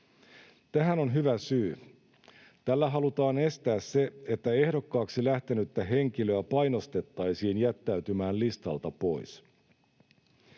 Tähän on hyvä syy. Tällä halutaan estää se, että ehdokkaaksi lähtenyttä henkilöä painostettaisiin jättäytymään listalta pois.